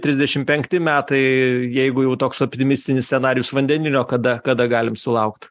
trisdešim penkti metai jeigu jau toks optimistinis scenarijus vandenilio kada kada galim sulaukt